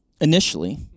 initially